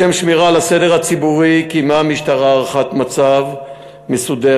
לשם שמירה על הסדר הציבורי קיימה המשטרה הערכת מצב מסודרת,